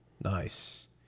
Nice